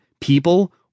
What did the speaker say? people